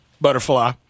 butterfly